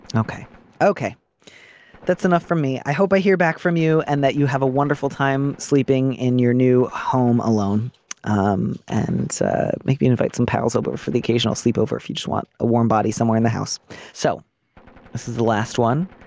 and okay okay that's enough for me i hope i hear back from you and that you have a wonderful time sleeping in your new home alone um and ah maybe invite some pals over for the occasional sleepover you just want a warm body somewhere in the house so this is the last one.